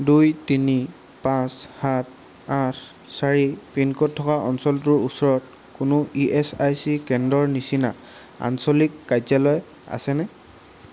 দুই তিনি পাঁচ সাত আঠ চাৰি পিন ক'ড থকা অঞ্চলটোৰ ওচৰত কোনো ইএচআইচি কেন্দ্ৰৰ নিচিনা আঞ্চলিক কাৰ্য্য়ালয় আছেনে